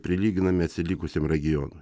prilyginami atsilikusiam ragionui